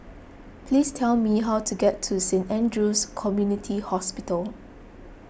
please tell me how to get to Saint andrew's Community Hospital